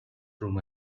through